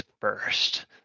first